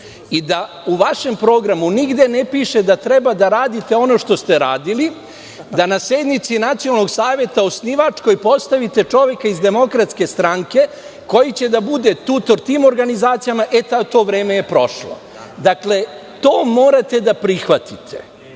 i da u vašem programu nigde ne piše da treba da radite ono što ste radili, da na sednici Nacionalnog saveta postavite čoveka iz DS koji će da bude tutor tim organizacijama. To vreme je prošlo. To morate da prihvatite.